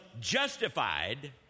justified